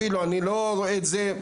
אני אפילו לא רואה את זה,